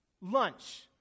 lunch